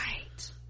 right